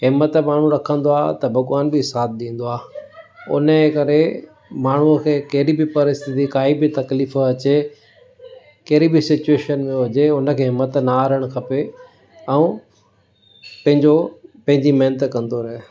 हिमथ माण्हू रखंदो आहे त भॻवानु बि साथ ॾींदो आहे उनजे करे माण्हूअ खे कहिड़ी बि परिस्थिति काई बि तकलीफ़ु अचे कहिड़ी बि सिच्वेशन में हुजे उनखे हिमथ न हारणु खपे ऐं पंहिंजो पंहिंजी महिनत कंदो रहे